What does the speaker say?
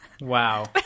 Wow